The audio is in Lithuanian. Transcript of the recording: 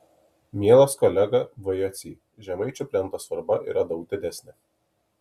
mielas kolega v jocy žemaičių plento svarba yra daug didesnė